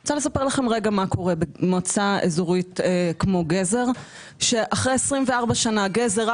אני רוצה לספר לכם מה קורה במועצה אזורית כמו גזר שאחרי 24 שנים גזר,